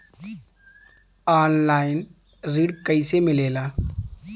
Online ऋण कैसे मिले ला?